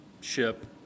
ship